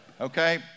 Okay